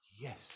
Yes